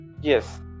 Yes